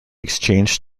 exchange